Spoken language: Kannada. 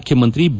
ಮುಖ್ಯಮಂತ್ರಿ ಬಿ